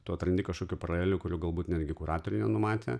tu atrandi kažkokių paralelių kurių galbūt netgi kuratoriai nenumatė